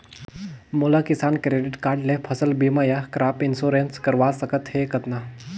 मोला Kisan credit card ले फसल बीमा या क्रॉप इंश्योरेंस करवा सकथ हे कतना?